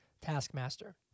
Taskmaster